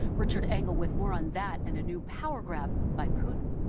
richard engel with more on that and a new power grab by putin.